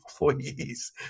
employees